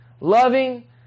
Loving